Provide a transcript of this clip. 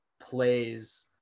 plays